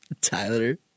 Tyler